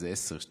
12 שנים,